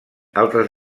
altres